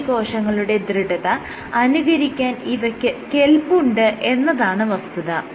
പേശീകോശങ്ങളുടെ ദൃഢത അനുകരിക്കാൻ ഇവയ്ക്ക് കെല്പ്പുണ്ട് എന്നതാണ് വസ്തുത